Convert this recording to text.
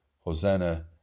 Hosanna